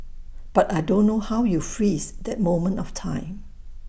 but I don't know how you freeze that moment of time